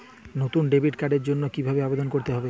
নতুন ডেবিট কার্ডের জন্য কীভাবে আবেদন করতে হবে?